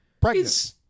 pregnant